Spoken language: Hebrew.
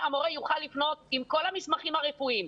והמורה יוכל לפנות עם כל המסמכים הרפואיים.